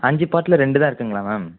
அஞ்சு பார்ட்டில் ரெண்டு தான் இருக்குங்களா மேம்